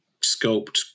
sculpt